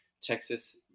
Texas